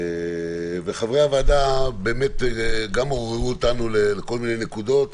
וחברי הוועדה גם עוררו אותנו לכל מיני נקודות.